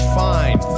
fine